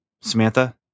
Samantha